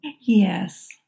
Yes